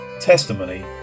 testimony